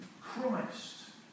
Christ